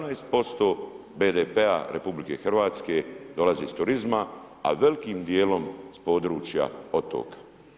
18% BDP-a RH dolazi iz turizma, a velikim dijelom s područja otoka.